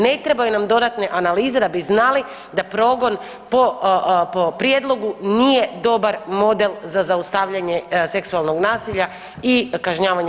Ne trebaju nam dodatne analize da bi znali da progon po prijedlogu nije dobar model za zaustavljanje seksualnog nasilja i kažnjavanje